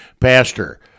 Pastor